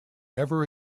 ever